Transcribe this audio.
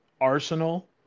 arsenal